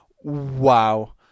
Wow